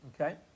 Okay